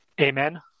Amen